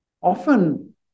often